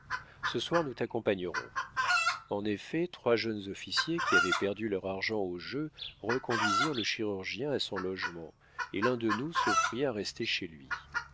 ce soir nous t'accompagnerons en effet trois jeunes officiers qui avaient perdu leur argent au jeu reconduisirent le chirurgien à son logement et l'un de nous s'offrit à rester chez lui